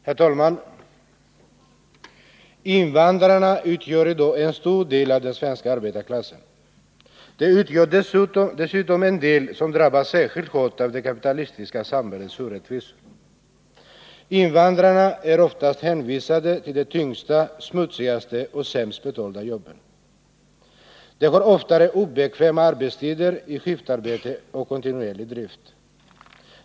Herr talman! Invandrarna utgör i dag en stor del av den svenska arbetarklassen. De utgör dessutom en del som drabbas särskilt hårt av det kapitalistiska samhällets orättvisor. Invandrarna är ofta hänvisade till de tyngsta, smutsigaste och sämst betalda jobben. De har oftare obekväma arbetstider i skiftarbete och kontinuerlig drift.